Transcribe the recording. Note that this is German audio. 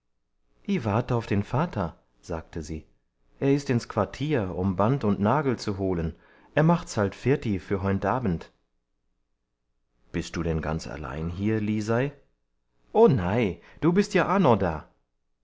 i wart auf den vater sagte sie er ist ins quartier um band und nagel zu holen er macht's halt firti für heunt abend bist du denn ganz allein hier lisei o nei du bist ja aa no da